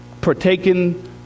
partaken